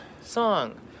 song